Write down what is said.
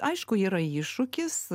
aišku yra iššūkis